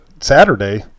Saturday